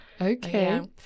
Okay